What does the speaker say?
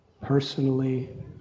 personally